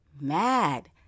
mad